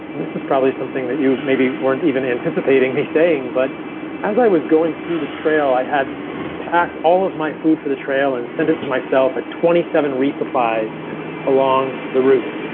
this is probably something that you maybe weren't even anticipating me saying. but as i was going through the trail, i had packed all of my food for the trail and send it to myself at twenty seven resupplies along the route.